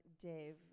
Dave